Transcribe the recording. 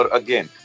again